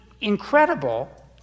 incredible